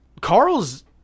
Carl's